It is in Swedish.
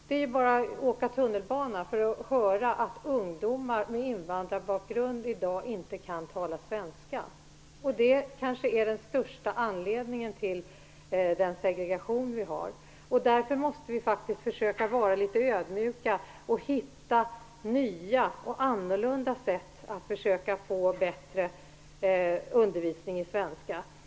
Man behöver bara åka tunnelbana för att höra att ungdomar med invandrarbakgrund i dag inte kan tala svenska. Det är kanske den största anledning till den segregation vi har. Därför måste vi faktiskt försöka vara litet ödmjuka och hitta nya och annorlunda sätt att få bättre undervisning i svenska.